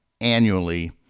annually